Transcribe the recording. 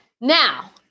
Now